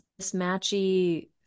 mismatchy